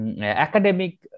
academic